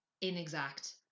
inexact